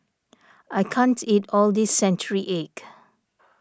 I can't eat all this Century Egg